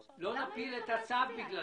לא נפיל את הצו בגלל